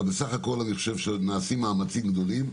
אבל בסך הכול אני חושב שנעשים מאמצים גדולים.